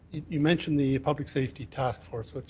you mention the public safety task force, but